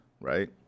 right